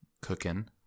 cooking